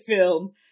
film